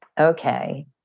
okay